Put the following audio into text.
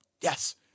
Yes